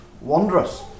wondrous